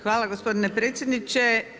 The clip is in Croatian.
Hvala gospodine predsjedniče.